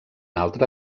altre